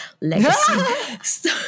legacy